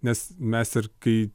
nes mes ir kai